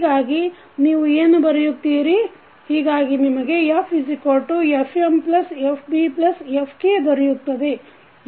ಹೀಗಾಗಿ ನೀವು ಏನು ಬರೆಯುತ್ತೀರಿ ಹೀಗಾಗಿ ನಿಮಗೆ FFmFbFk ದೊರೆಯುತ್ತದೆ